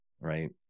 right